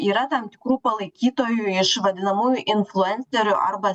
yra tam tikrų palaikytojų iš vadinamųjų influencerių arba